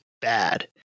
bad